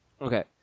Okay